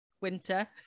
winter